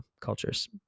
cultures